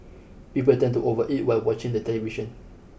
people tend to overeat while watching the television